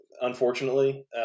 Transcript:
unfortunately